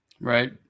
Right